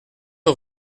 rue